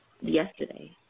yesterday